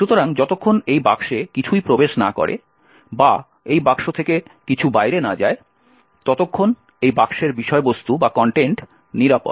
সুতরাং যতক্ষণ এই বাক্সে কিছুই প্রবেশ না করে বা এই বাক্স থেকে কিছু বাইরে না যায় ততক্ষণ এই বাক্সের বিষয়বস্তু নিরাপদ